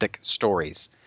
stories